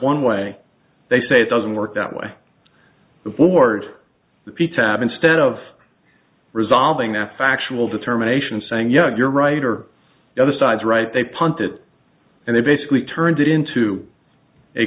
one way they say it doesn't work that way the board the p tab instead of resolving after actual determination saying yeah you're right or the other side's right they punted and they basically turned it into a